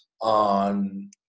on